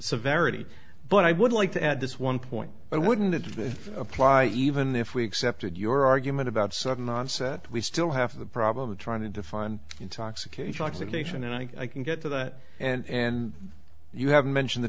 severity but i would like to add this one point i wouldn't add to apply even if we accepted your argument about sudden onset we still have the problem of trying to define intoxication oxidation and i can get to that and you haven't mentioned the